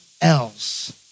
else